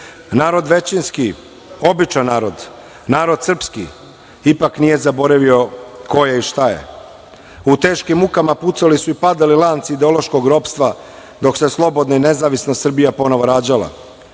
Narod većinski, običan narod, narod srpski ipak nije zaboravio ko je i šta je. U teškim mukama pucali su i padali lanci ideološkog ropstva, dok se slobodna i nezavisna Srbija ponovo rađala. Zato